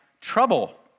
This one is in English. trouble